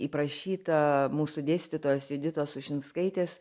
įprašita mūsų dėstytojos juditos ušinskaitės